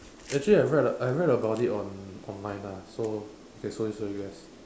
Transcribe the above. actually I read I read about it on online ah so you can slowly slowly guess